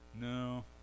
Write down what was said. no